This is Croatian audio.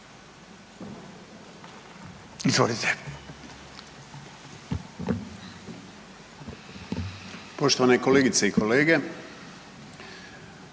se. Poštovane kolegice i kolege,